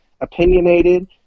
opinionated